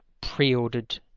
pre-ordered